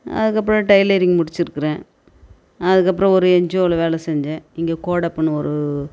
அதுக்கு அப்புறம் டெய்லரிங் முடித்துருக்குறேன் அதுக்கு அப்புறம் ஒரு என்ஜியோவில் வேலை செஞ்சேன் இங்கே கோடப்பன்னு ஒரு